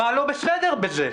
מה לא בסדר בזה?